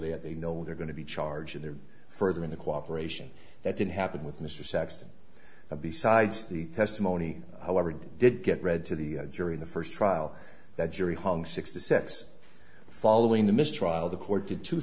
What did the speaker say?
that they know they're going to be charged they're furthering the cooperation that didn't happen with mr saxton besides the testimony however it did get read to the jury in the first trial the jury hung six to six following the mistrial the court did two